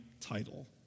title